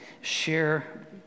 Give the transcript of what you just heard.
share